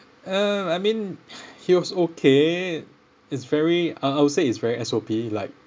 uh I mean he was okay it's very uh I would say it's very S_O_P like